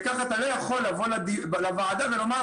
וכך אתה לא יכול לבוא לוועדה ולומר: